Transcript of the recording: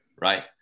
right